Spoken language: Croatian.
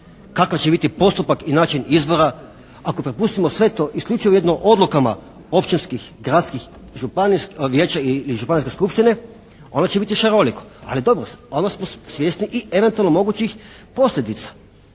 kakav će biti postupak i način izbora? Ako prepustimo sve to, isključivo jedno odlukama općinskih, gradskih, županijskih vijeća ili županijske skupštine onda će biti šaroliko. Ali dobro, onda smo svjesni i eventualno mogućih posljedica.